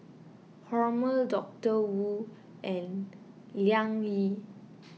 Hormel Doctor Wu and Liang Yi